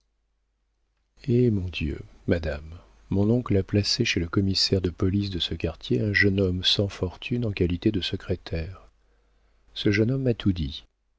eh mon dieu madame mon oncle a placé chez le commissaire de police de ce quartier un jeune homme sans fortune en qualité de secrétaire ce jeune homme m'a tout dit